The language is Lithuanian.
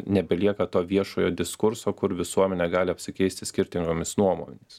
nebelieka to viešojo diskurso kur visuomenė gali apsikeisti skirtingomis nuomonėmis